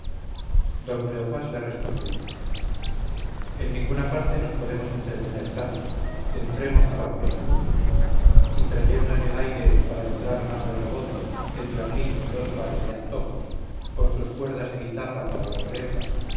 don cleofás le respondió en ninguna parte nos podemos entretener tanto entremos norabuena y trayendo en el aire para entrar más de rebozo el diablillo dos pares de antojos con sus cuerdas de guitarra para las orejas